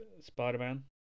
Spider-Man